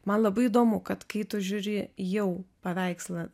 man labai įdomu kad kai tu žiūri jau paveikslą